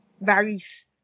varies